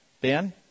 Ben